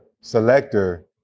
selector